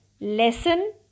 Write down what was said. lesson